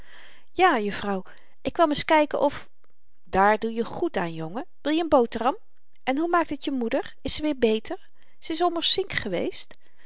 ja juffrouw ik kwam ns kyken of daar doe je goed aan jongen wil je n n boteram en hoe maakt t je moeder is ze weer beter ze n is ommers ziek geweest